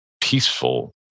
peaceful